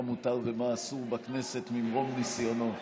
מותר ומה אסור בכנסת ממרום ניסיונו.